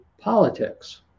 politics